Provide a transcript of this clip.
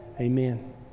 amen